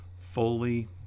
fully